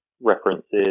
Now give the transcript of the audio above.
references